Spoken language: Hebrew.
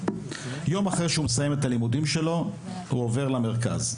יום אחרי שהוא מסיים את הלימודים שלו הוא עובר למרכז,